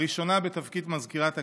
הראשונה בתפקיד מזכירת הכנסת,